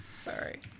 Sorry